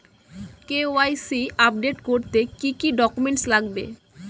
KYC update করতে কি কি ডকুমেন্টস লাগবে?